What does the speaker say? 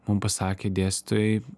mum pasakė dėstytojai